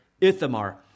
Ithamar